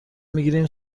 میگیریم